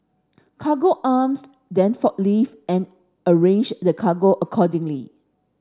cargo Arms then forklift and arrange the cargo accordingly